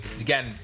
again